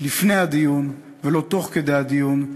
לפני הדיון ולא תוך כדי הדיון,